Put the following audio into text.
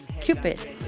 Cupid